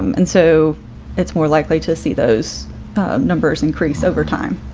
um and so it's more likely to see those numbers increase over time.